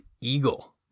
Eagle